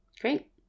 great